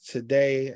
Today